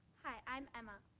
hi, i'm emma.